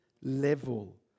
level